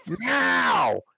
now